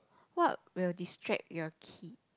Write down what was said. what will distract your kid